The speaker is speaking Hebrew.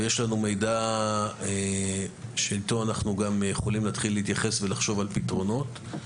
ויש לנו מידע שאיתו אנחנו יכולים להתחיל להתייחס ולחשוב על פתרונות.